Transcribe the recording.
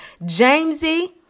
Jamesy